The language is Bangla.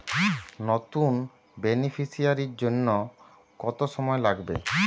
নতুন বেনিফিসিয়ারি জন্য কত সময় লাগবে?